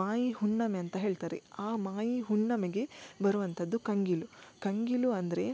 ಮಾಯಿಹುಣ್ಣಿಮೆ ಅಂತ ಹೇಳ್ತಾರೆ ಆ ಮಾಯಿ ಹುಣ್ಣಿಮೆಗೆ ಬರುವಂಥದ್ದು ಕಂಗೀಲು ಕಂಗೀಲು ಅಂದರೆ